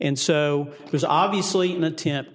and so there's obviously an attempt